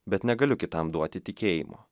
bet negaliu kitam duoti tikėjimo